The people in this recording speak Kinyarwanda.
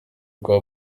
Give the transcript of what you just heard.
rwa